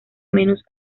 menos